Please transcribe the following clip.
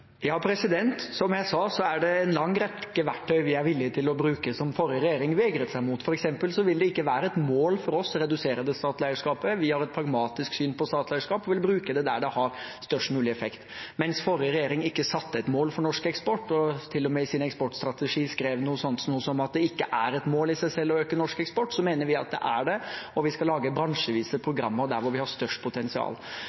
Som jeg sa, er det en lang rekke verktøy vi er villige til å bruke som forrige regjering vegret seg for. For eksempel vil det ikke være et mål for oss å redusere det statlige eierskapet. Vi har et pragmatisk syn på statlig eierskap og vil bruke det der det har størst mulig effekt. Mens forrige regjering ikke satte et mål for norsk eksport, og til og med i sin eksportstrategi skrev noe sånt som at det ikke er et mål i seg selv å øke norsk eksport, mener vi at det er det, og vi skal lage bransjevise